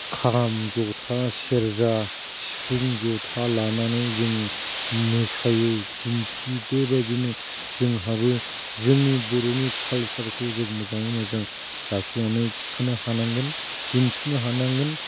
खाम जथा सेरजा सिफुं जथा लानानै जों मोसायो दिन्थियो बेबायदिनो जोंहाबो जोंनि बर'नि कालचारफोरखौ जों मोजाङै मोजां लाखिनानै खिथानो हानांगोन दिन्थिनो हानांगोन